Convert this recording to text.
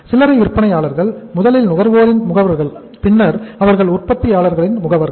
சில்லரை விற்பனையாளர்கள் முதலில் நுகர்வோரின் முகவர்கள் பின்னர் அவர்கள் உற்பத்தியாளர்களின் முகவர்கள்